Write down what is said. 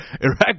Iraq